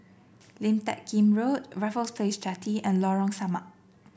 Lim Teck Kim Road Raffles Place Jetty and Lorong Samak